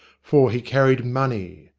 for he carried money.